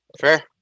Fair